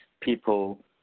people